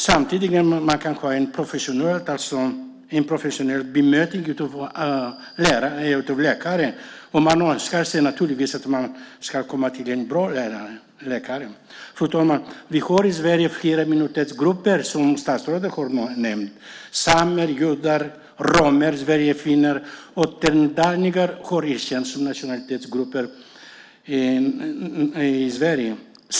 Samtidigt ska man få ett professionellt bemötande av läkare, och man önskar naturligtvis att man ska komma till en bra läkare. Fru talman! Vi har i Sverige flera minoritetsgrupper, som statsrådet har nämnt. Samer, judar, romer, sverigefinnar och tornedalingar är nationalitetsgrupper i Sverige.